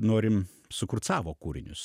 norim sukurt savo kūrinius